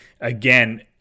Again